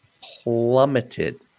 plummeted